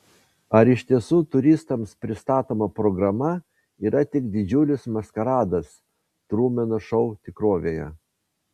ar iš tiesų turistams pristatoma programa yra tik didžiulis maskaradas trumeno šou tikrovėje